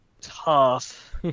tough